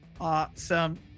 Awesome